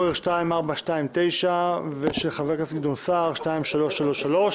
נאשמים ומורשעים בעבירות אלימות במשפחה),